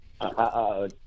Uh-oh